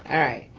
alright,